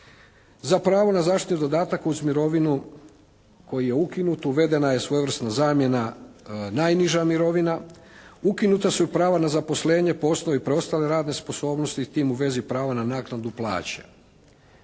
Za pravo na zaštitni dodatak uz mirovinu koji je ukinut, uvedena je svojevrsna zamjena najniža mirovina. Ukinuta su i prava na zaposlenje preostale radne sposobnosti tim u vezi na pravo na naknadu plaće.